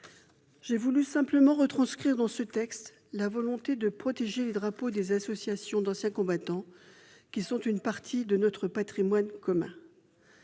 J'ai voulu simplement retranscrire, au travers de ce texte, notre volonté de protéger les drapeaux des associations d'anciens combattants, qui sont une part de notre patrimoine commun.